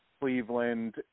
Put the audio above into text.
Cleveland